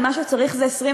אם מה שצריך זה 26,000?